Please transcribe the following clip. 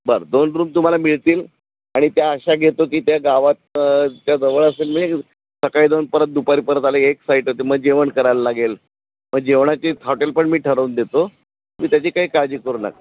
बरं दोन रूम तुम्हाला मिळतील आणि त्या अशा घेतो की त्या गावात च्या जवळ असेल सकाळी जाऊन परत दुपारी परत आले एक साईट होते मग जेवण करायला लागेल मग जेवणाची हॉटेल पण मी ठरवून देतो त्याची काही काळजी करू न